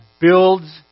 builds